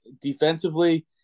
defensively